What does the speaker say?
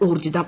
ഊർജ്ജിതം